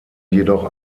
jedoch